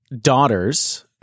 Daughters